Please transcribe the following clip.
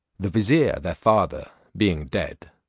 the vizier their father being dead,